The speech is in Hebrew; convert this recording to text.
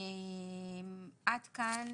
עד כאן